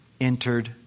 entered